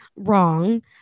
Wrong